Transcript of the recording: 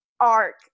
arc